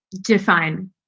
define